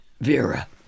Vera